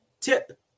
tip